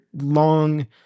long